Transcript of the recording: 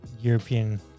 European